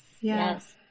Yes